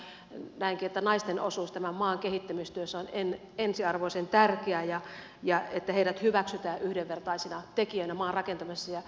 näenkin että naisten osuus tämän maan kehittämistyössä on ensiarvoisen tärkeää samoin kuin se että heidät hyväksytään yhdenvertaisina tekijöinä maan rakentamisessa